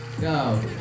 Go